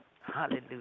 Hallelujah